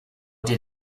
did